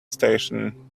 station